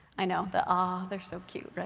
i know, the aww, they're so cute.